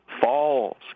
Falls